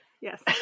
Yes